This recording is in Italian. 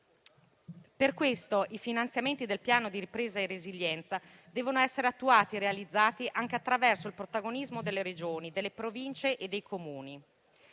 Per questo i finanziamenti del Piano di ripresa e resilienza devono essere attuati e realizzati anche attraverso il protagonismo delle Regioni, delle Province e dei Comuni.